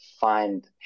find